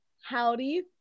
Howdy